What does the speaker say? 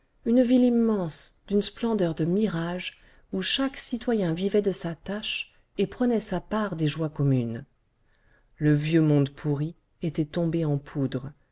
une ville immense d'une splendeur de mirage où chaque citoyen vivait de sa tâche et prenait sa part des joies communes le vieux monde pourri était tombé en poudre